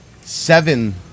seven